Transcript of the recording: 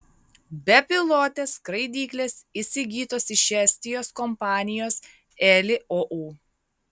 bepilotės skraidyklės įsigytos iš estijos kompanijos eli ou